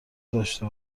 داشته